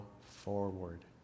forward